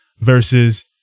versus